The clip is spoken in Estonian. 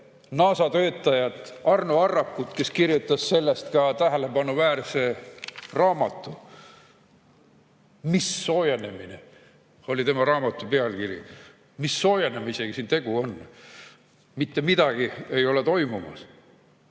NASA töötajat Arno Arrakut, kes kirjutas sellest ka tähelepanuväärse raamatu. "Mis soojenemine?" oli tema raamatu pealkiri. Mis soojenemisega siin tegu on? Mitte midagi ei ole toimumas,